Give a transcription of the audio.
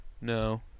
No